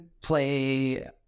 play